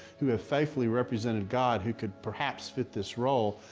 who have faithfully represented god, who could perhaps fit this role,